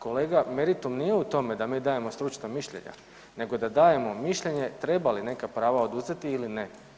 Kolega meritum nije u tome da mi dajemo stručno mišljenje, nego da dajemo mišljenje treba li neka prava oduzeti ili ne.